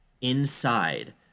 inside